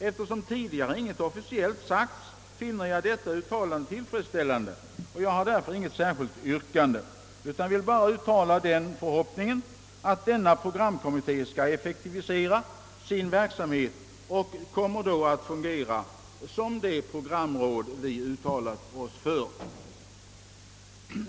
Eftersom tidigare inget sagts officiellt härom anser jag detta uttalande tillfredsställande. Jag har därför inget särskilt yrkande utan vill endast uttala den förhoppningen, att programkommittén skall effektivisera sin verksamhet och komma att fungera som det programråd vi uttalat oss för.